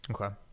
Okay